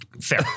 Fair